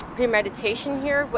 premeditation here, but